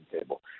table